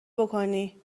بکنی